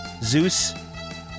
Zeus